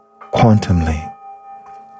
quantumly